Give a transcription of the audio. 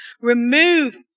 remove